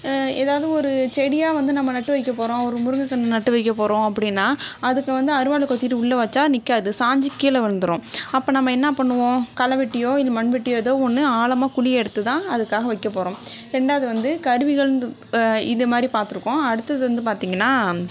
எதாவது ஒரு செடியாக வந்து நம்ம நட்டு வைக்க போகிறோம் ஒரு முருங்கைக்கன்னு நட்டு வைக்க போகிறோம் அப்படினா அதுக்கு வந்து அருவாளை கொத்திவிட்டு உள்ள வச்சா நிற்காது சாஞ்சு கீழே விழுந்துரும் அப்போ நம்ப என்ன பண்ணுவோம் களைவெட்டியோ இது மண்வெட்டியோ எதோ ஒன்று ஆழமாக குழியை எடுத்துதான் அதுக்காக வைக்கப்போகிறோம் ரெண்டாவது வந்து கருவிகள் இதை மாதிரி பார்த்ருக்கோம் அடுத்தது வந்து பார்த்தீங்கனா